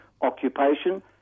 occupation